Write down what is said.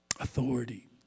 authority